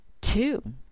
Two